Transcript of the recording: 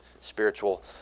spiritual